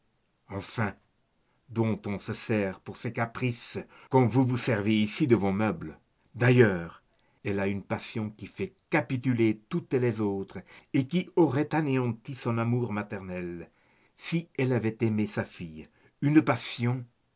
enfin dont on se sert pour ses caprices comme vous vous servez ici de vos meubles d'ailleurs elle a une passion qui fait capituler toutes les autres et qui aurait anéanti son amour maternel si elle avait aimé sa fille une passion